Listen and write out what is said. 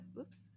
Oops